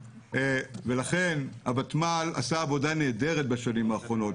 לכן הוותמ"ל עשה עבודה נהדרת בשנים האחרונות,